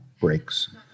breaks